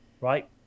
right